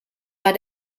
war